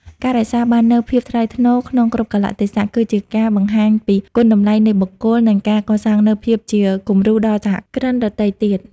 ការរក្សាបាននូវ "ភាពថ្លៃថ្នូរក្នុងគ្រប់កាលៈទេសៈ" គឺជាការបង្ហាញពីគុណតម្លៃនៃបុគ្គល និងការកសាងនូវភាពជាគំរូដល់សហគ្រិនដទៃទៀត។